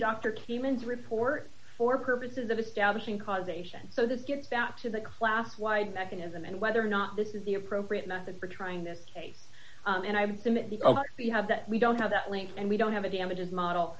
doctor keim and report for purposes of establishing causation so that gets back to the class wide mechanism and whether or not this is the appropriate method for trying this case and i have them and you have that we don't have that link and we don't have a damages model